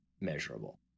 measurable